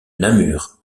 namur